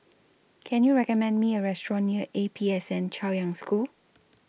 Can YOU recommend Me A Restaurant near A P S N Chaoyang School